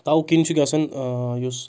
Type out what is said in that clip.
تَوکِنۍ چھُ گژھَان یُس